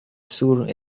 sur